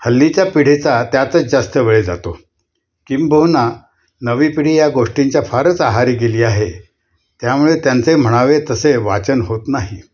हल्लीच्या पिढीचा त्यातच जास्त वेळ जातो किंबहुना नवी पिढी या गोष्टींच्या फारच आहारी गेली आहे त्यामुळे त्यांचे म्हणावे तसे वाचन होत नाही